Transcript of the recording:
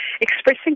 expressing